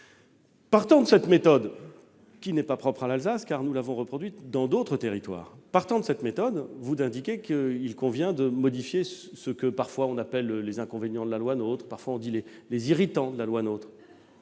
Partant de cette méthode, qui n'est pas propre à l'Alsace, car nous l'avons reproduite dans d'autres territoires, vous estimez qu'il convient de modifier ce que l'on appelle parfois les « inconvénients » de la loi NOTRe, parfois ses « irritants ». Il en